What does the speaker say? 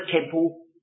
temple